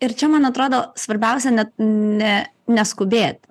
ir čia man atrodo svarbiausia net ne neskubėt